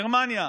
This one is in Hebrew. גרמניה,